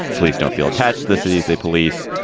police don't feel attached. the cities they police.